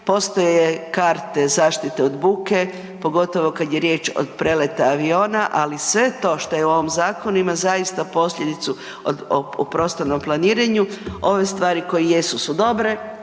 Postoje karte zaštite od buke pogotovo kad je riječ od preleta aviona, ali sve to što je u ovom zakonu ima zaista posljedicu u prostornom planiranju. Ove stvari koje jesu su dobre,